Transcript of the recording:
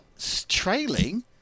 trailing